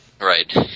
Right